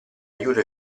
aiuto